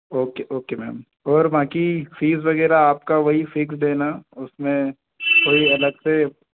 okay okay ma'am और बाक़ी fees वग़ैरह आपका वही फिक्स्ड है ना उस में कोई अलग से